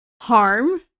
harm